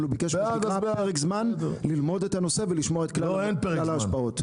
אבל הוא ביקש פרק זמן ללמוד את הנושא ולשמוע את כלל ההשפעות.